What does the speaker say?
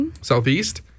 Southeast